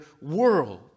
world